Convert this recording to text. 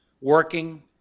working